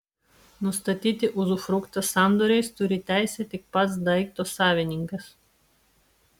nustatyti uzufruktą sandoriais turi teisę tik pats daikto savininkas